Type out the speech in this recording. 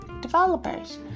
developers